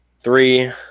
Three